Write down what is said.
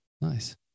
Nice